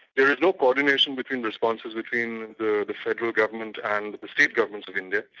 there is no co-ordination between responses, between the the federal government and the state governments of india.